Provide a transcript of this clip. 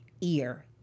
ear